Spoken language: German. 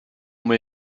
mir